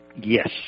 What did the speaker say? Yes